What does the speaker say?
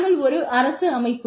நாங்கள் ஒரு அரசு அமைப்பு